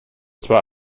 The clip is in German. zwar